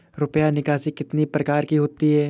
रुपया निकासी कितनी प्रकार की होती है?